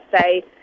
say